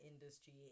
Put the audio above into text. industry